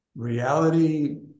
Reality